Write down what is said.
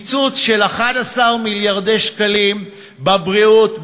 קיצוץ של 11 מיליארדי שקלים בבריאות,